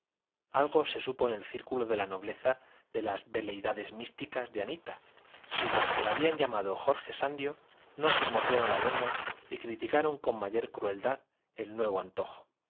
algo se supo en el círculo de la nobleza de las veleidades místicas de anita y las que la habían llamado jorge sandio no se mordieron la lengua y criticaron con mayor crueldad el nuevo antojo